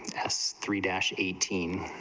ss three eighteen